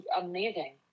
amazing